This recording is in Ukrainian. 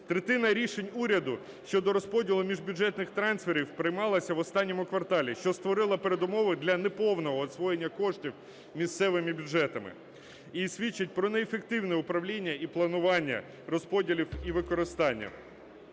Третина рішень уряду щодо розподілу міжбюджетних трансферів приймалася в останньому кварталі, що створила передумову для неповного освоєння коштів місцевими бюджетами, і свідчить про неефективне управління і планування розподілів, і використання.